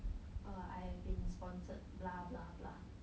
err I have been sponsored blah blah blah